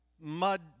mud